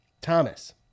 Thomas